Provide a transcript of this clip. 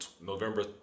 November